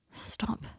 Stop